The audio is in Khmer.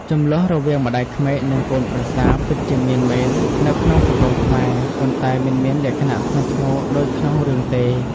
ជម្លោះរវាងម្តាយក្មេកនិងកូនប្រសាពិតជាមានមែននៅក្នុងសង្គមខ្មែរ ប៉ុន្តែមិនមានលក្ខណៈធ្ងន់ធ្ងរដូចក្នុងរឿងទេ។